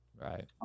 Right